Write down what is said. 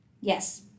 Yes